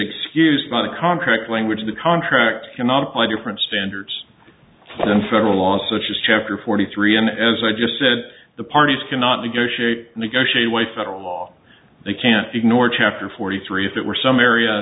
excused by the contract language of the contract cannot apply different standards in federal law such as chapter forty three and as i just said the parties cannot negotiate negotiate away federal law they can't ignore chapter forty three if it were some